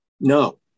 No